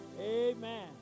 Amen